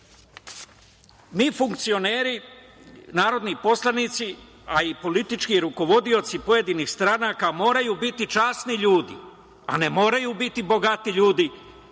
funkcioneri, narodni poslanici, a i politički rukovodioci pojedinih stranaka moraju biti časni ljudi, a ne moraju biti bogati ljudi,